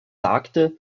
sagte